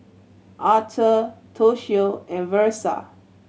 Aurthur Toshio and Versa